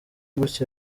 gutya